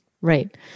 Right